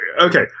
Okay